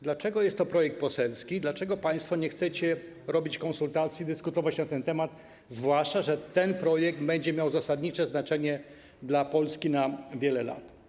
Dlaczego jest to projekt poselski i dlaczego państwo nie chcecie przeprowadzić konsultacji, dyskutować na ten temat, zwłaszcza że ten projekt będzie miał zasadnicze znaczenie dla Polski w perspektywie wielu lat?